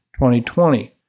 2020